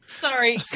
Sorry